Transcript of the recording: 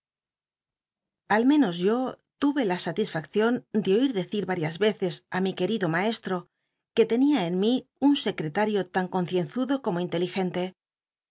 al menos yo tuve la salisfaccion de oir decir varias veces á mi querido macsti'o que tenia en mí un secreta r io tan concienzudo como inteligente